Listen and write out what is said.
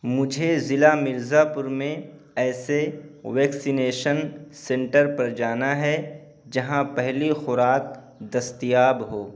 مجھے ضلع مرزا پور میں ایسے ویکسینیشن سنٹر پر جانا ہے جہاں پہلی خوراک دستیاب ہو